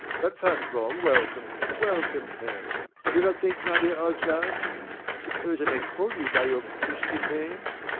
but first of all, welcome, welcome home! do not think, my dear oswald i suppose i may call you by your christian name?